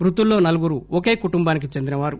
మృతులలో నలుగురు ఒకే కుటుంబానికి చెందిన వారు